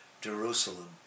Jerusalem